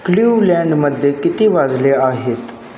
क्ल्यूलँडमध्ये किती वाजले आहेत